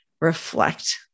reflect